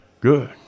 Good